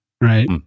Right